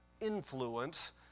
influence